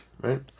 Right